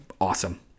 awesome